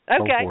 Okay